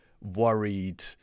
worried